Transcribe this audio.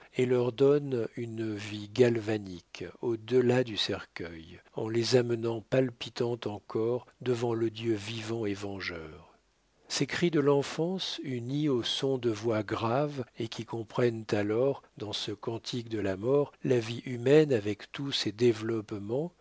et leur donne une vie galvanique au delà du cercueil en les amenant palpitantes encore devant le dieu vivant et vengeur ces cris de l'enfance unis aux sons de voix graves et qui comprennent alors dans ce cantique de la mort la vie humaine avec tous ses développements